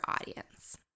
audience